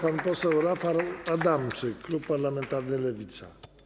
Pan poseł Rafał Adamczyk, klub parlamentarny Lewica.